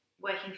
working